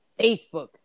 Facebook